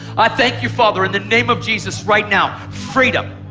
i thank you, father, in the name of jesus, right now, freedom.